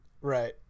right